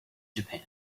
japan